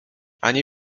ani